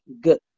good